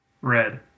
Red